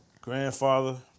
grandfather